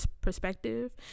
perspective